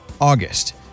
August